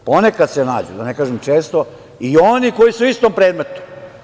Ponekad se nađu, da ne kažem često, i oni koji su u istom predmetu.